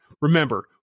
Remember